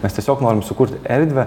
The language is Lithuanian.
mes tiesiog norim sukurti erdvę